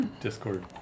Discord